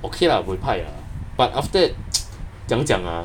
okay lah buey pai ah but after that 怎么样讲啊